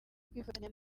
kwifatanya